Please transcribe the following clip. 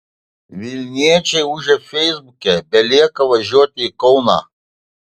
vilniečiai ūžia feisbuke belieka važiuoti į kauną